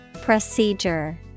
Procedure